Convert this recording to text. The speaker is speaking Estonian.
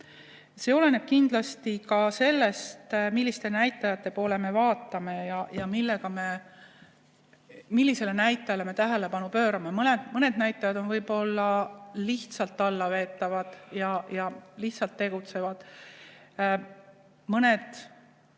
See oleneb kindlasti ka sellest, milliste näitajate poole me vaatame, millistele näitajatele tähelepanu pöörame. Mõned näitajad on võib-olla lihtsalt allaveetavad, lihtsa tegutsemise abil.